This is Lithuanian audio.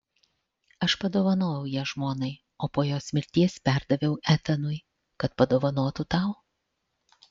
aš padovanojau ją žmonai o po jos mirties perdaviau etanui kad padovanotų tau